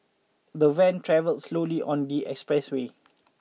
the van travel slowly on the expressway